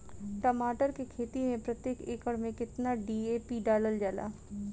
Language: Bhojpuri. टमाटर के खेती मे प्रतेक एकड़ में केतना डी.ए.पी डालल जाला?